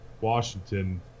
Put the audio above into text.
Washington